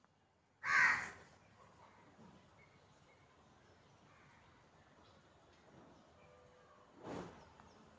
ಕೆಲವು ಮೀನುಗಾರಿಕೆ ಈಟಿಗಳು ಈಟಿಯನ್ನು ಮುಂದೂಡಲು ಜೋಲಿಯನ್ನು ಬಳಸ್ತಾರ